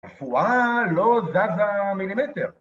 בחורה לא זזה מילימטר.